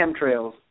chemtrails